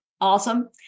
Awesome